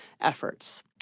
efforts